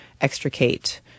extricate